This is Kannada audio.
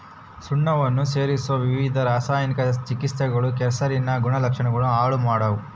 ಸುಣ್ಣವನ್ನ ಸೇರಿಸೊ ವಿವಿಧ ರಾಸಾಯನಿಕ ಚಿಕಿತ್ಸೆಗಳು ಕೆಸರಿನ ಗುಣಲಕ್ಷಣಗುಳ್ನ ಹಾಳು ಮಾಡ್ತವ